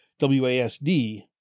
WASD